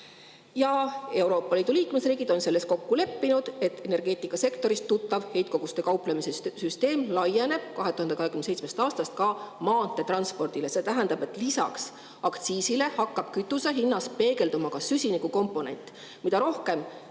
Euroopa Liidu liikmesriigid on selles kokku leppinud, et energeetikasektorist tuttav heitkoguste kauplemise süsteem laieneb 2027. aastast ka maanteetranspordile. See tähendab, et lisaks aktsiisile hakkab kütuse hinnas peegelduma ka süsinikukomponent. Mida rohkem